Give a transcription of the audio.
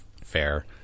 fair